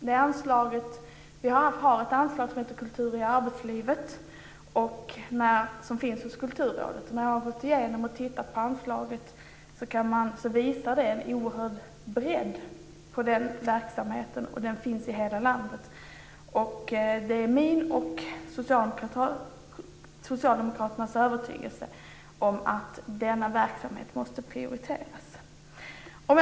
Vi har ett anslag som heter Kultur i arbetslivet och som finns hos Kulturrådet. Verksamheten inom det anslaget visar en oerhörd bredd och finns i hela landet. Det är min och socialdemokraternas övertygelse att denna verksamhet måste prioriteras.